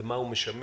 למה הוא משמש,